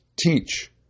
teach